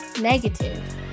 negative